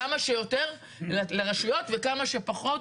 כמה שיותר לרשויות וכמה שפחות